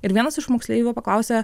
ir vienas iš moksleivių paklausia